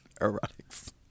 Erotics